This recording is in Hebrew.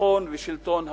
ביטחון ושלטון החוק.